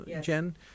Jen